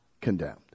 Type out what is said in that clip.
condemned